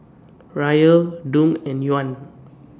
Riyal Dong and Yuan